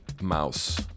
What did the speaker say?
mouse